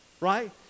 right